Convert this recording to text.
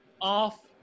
off